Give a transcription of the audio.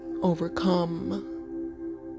overcome